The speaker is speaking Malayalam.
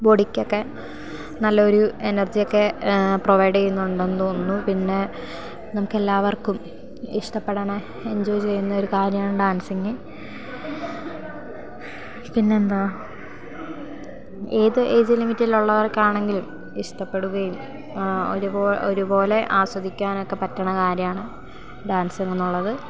ബോഡിക്കൊക്കെ നല്ലൊരു എനർജിയൊക്കെ പ്രൊവൈഡ് ചെയ്യുന്നുണ്ടെന്ന് തോന്നുന്നു പിന്നെ നമുക്കെല്ലാവർക്കും ഇഷ്ടപ്പെടണ എഞ്ചോയ് ചെയ്യുന്നൊരു കാര്യമാണ് ഡാൻസിങ്ങ് പിന്നെയെന്താ ഏത് ഏയ്ജ് ലിമിറ്റിലുള്ളവർക്ക് ആണെങ്കിലും ഇഷ്ടപ്പെടുകയും ഒരുപോലെ ഒരുപോലെ ആസ്വദിക്കാനൊക്കെ പറ്റണ കാര്യമാണ് ഡാൻസിങ്ങെന്നുള്ളത്